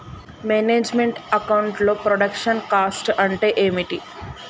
Manage meant account లో production cost అంటే ఏమిటి?